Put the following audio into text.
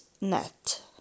net